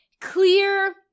clear